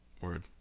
Word